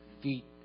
feet